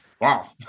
Wow